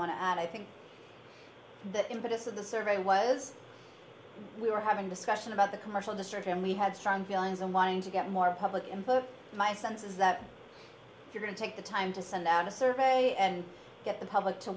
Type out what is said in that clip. want to i think the impetus of the survey was we were having a discussion about the commercial district and we had strong feelings on wanting to get more public in but my sense is that if you're going to take the time to send out a survey and get the public to